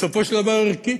בסופו של דבר, ערכית,